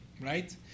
right